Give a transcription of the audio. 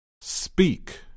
speak